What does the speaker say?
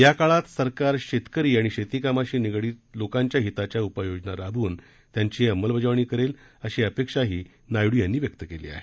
या काळात सरकार शेतकरी आणि शेती कामाशी निगडीत लोकांच्या हिताच्या उपाययोजना राबवून त्यांची अंमलबजावणी करेल अशी अपेक्षाही नायडू यांनी व्यक्त केली आहे